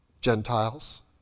Gentiles